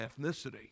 ethnicity